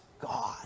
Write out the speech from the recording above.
God